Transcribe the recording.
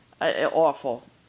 Awful